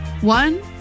One